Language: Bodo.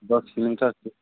दस किल'मिटारसो